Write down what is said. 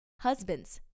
husbands